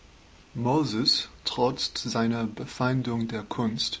moses, trotz seiner befeindung der kunst,